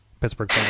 Pittsburgh